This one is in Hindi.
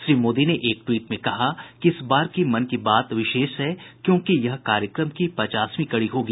श्री मोदी ने एक टवीट में कहा कि इस बार की मन की बात विशेष है क्योंकि यह कार्यक्रम की पचासवीं कड़ी होगी